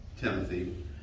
Timothy